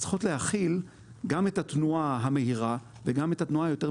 צריכות להכיל גם את התנועה המהירה וגם את התנועה היותר מקומית.